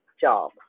job